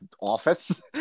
office